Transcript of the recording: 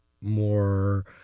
more